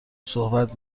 صحبت